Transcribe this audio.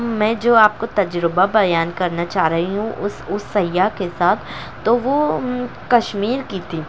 میں جو آپ کو تجربہ بیان کرنا چاہ رہی ہوں اس اس سیاح کے ساتھ تو وہ کشمیر کی تھی